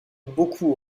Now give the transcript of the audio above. beaucoup